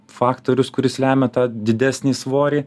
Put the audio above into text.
faktorius kuris lemia tą didesnį svorį